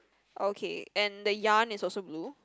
okay and the yarn is also blue